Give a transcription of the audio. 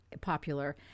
popular